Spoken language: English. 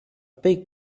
big